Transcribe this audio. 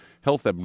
health